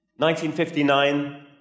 1959